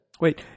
Wait